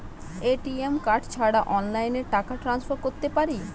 ATM card ছাড়া অনলাইনে টাকা টান্সফার করতে পারি?